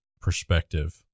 perspective